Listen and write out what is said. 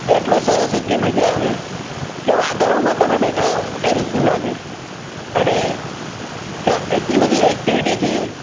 એટલું સરસ એટલી મજા આવે કે વાદળોમાં તમે બેઠા હોવ એ રીતનું લાગે અને ત્યાં એટલી બધી એક્ટિવિટી છે